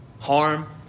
Harm